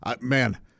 Man